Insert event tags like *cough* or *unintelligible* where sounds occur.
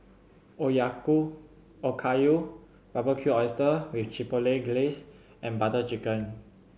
*unintelligible* Okayu Barbecued Oysters with Chipotle Glaze and Butter Chicken